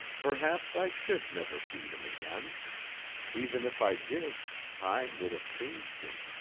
perhaps i should never see him again even if i did, time would have changed him,